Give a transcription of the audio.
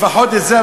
לפחות את זה,